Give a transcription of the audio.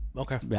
Okay